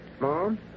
Mom